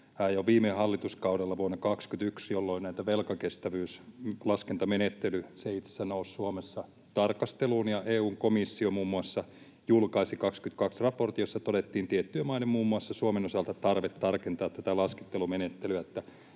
jo viime hallituskaudella vuonna 21, jolloin velkakestävyyslaskentamenettely itse asiassa nousi Suomessa tarkasteluun, ja EU:n komissio muun muassa julkaisi 22 raportin, jossa todettiin tiettyjen maiden, muun muassa Suomen, osalta tarve tarkentaa tätä laskentamenettelyä.